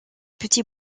petits